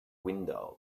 window